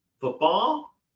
Football